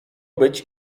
być